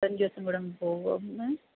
പതിനഞ്ചു ദിവസം കൂടുമ്പോള് പോകാം ഹെ